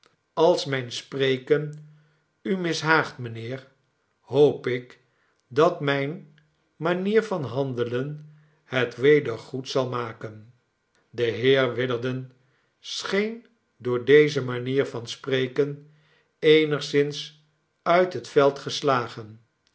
als mijn spreken u mishaagt mijnheer hoop ik dat mijne manier van handelen het weder goed zal maken de heer witherden scheen door deze manier van spreken eenigszins uit het veld geslagen